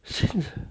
is it